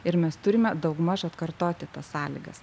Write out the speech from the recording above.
ir mes turime daugmaž atkartoti tas sąlygas